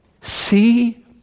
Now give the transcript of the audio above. See